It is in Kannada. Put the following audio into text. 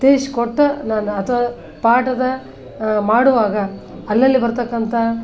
ತಿಳಿಸ್ಕೊಟ್ ನಾನು ಅಥ್ವಾ ಪಾಠದ ಮಾಡುವಾಗ ಅಲ್ಲಲ್ಲಿ ಬರ್ತಕ್ಕಂಥ